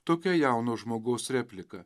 tokia jauno žmogaus replika